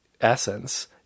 essence